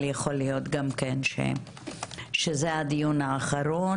אבל יכול להיות גם כן שזה הדיון האחרון.